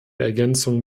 ergänzungen